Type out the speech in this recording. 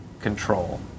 control